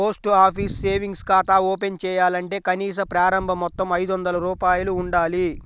post office savings ఖాతా open చేయాలంటే కనీస ప్రారంభ మొత్తం ఐదొందల రూపాయలు ఉండాలి